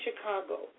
Chicago